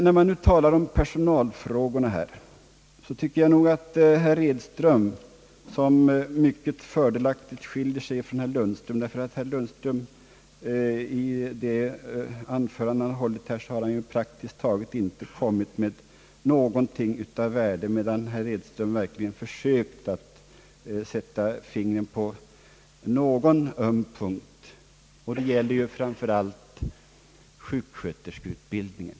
När det nu talas om personalfrågorna här tycker jag att herr Edström har mycket fördelaktigt skilt sig från herr Lundström. Denne har i sitt anförande praktiskt taget inte kommit med något av värde, medan herr Edström verkligen försökt sätta fingret på någon öm punkt. Det gäller framför allt sjuksköterskeutbildningen.